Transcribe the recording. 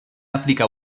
áfrica